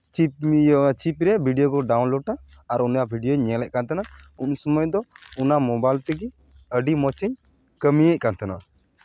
chip ᱪᱤᱯᱨᱮ video ᱠᱚ ᱰᱟᱣᱩᱱᱞᱳᱰᱼᱟ ᱟᱨ ᱚᱱᱟ ᱵᱷᱤᱰᱭᱳᱧ ᱧᱮᱞᱮᱜ ᱠᱟᱱ ᱛᱟᱦᱮᱱᱟ ᱩᱱ ᱥᱚᱢᱚᱭ ᱫᱚ ᱚᱱᱟ ᱢᱳᱵᱟᱭᱤᱞ ᱛᱮᱜᱮ ᱟᱹᱰᱤ ᱢᱚᱡᱮ ᱠᱟᱹᱢᱤᱭᱮᱜ ᱠᱟᱱ ᱛᱟᱦᱮᱱᱟ